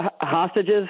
hostages